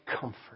comfort